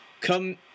come